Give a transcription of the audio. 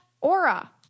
aura